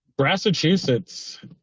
Massachusetts